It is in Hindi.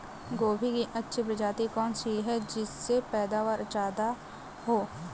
गोभी की अच्छी प्रजाति कौन सी है जिससे पैदावार ज्यादा हो?